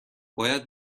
باید